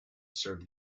serve